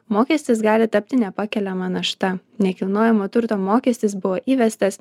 mokestis gali tapti nepakeliama našta nekilnojamo turto mokestis buvo įvestas